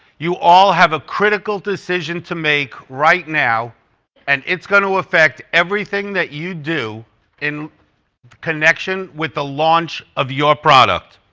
you all have a critical decision to make right now and it's going to affect everything that you do in connection with the launch of your product